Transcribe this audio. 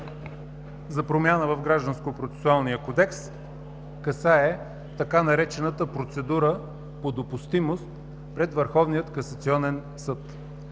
за промяна в Гражданскопроцесуалния кодекс касае така наречената процедура по допустимост пред Върховния касационен съд.